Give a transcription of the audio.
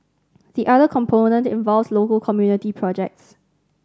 the other component involves local community projects